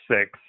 six